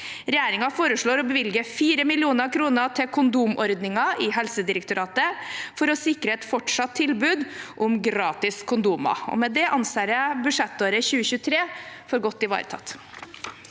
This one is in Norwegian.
Regjeringen foreslår å bevilge 4 mill. kr til kondomordningen i Helsedirektoratet for å sikre et fortsatt tilbud om gratis kondomer. Med det anser jeg budsjettåret 2023 som godt ivaretatt.